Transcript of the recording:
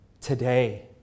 today